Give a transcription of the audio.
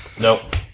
Nope